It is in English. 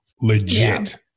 legit